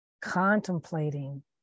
contemplating